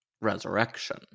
Resurrection